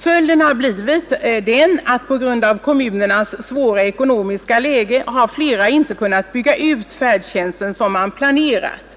Följden har blivit den, att på grund av kommunernas svåra ekonomiska läge har flera inte kunnat bygga ut färdtjänsten som man planerat.